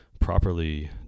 properly